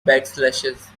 backslashes